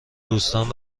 دوستان